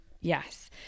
yes